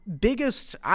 biggest